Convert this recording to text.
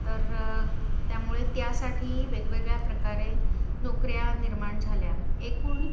तर त्यामुळे त्यासाठी वेगवेगळ्या प्रकारे नोकऱ्या निर्माण झाल्या एकूण